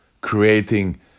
creating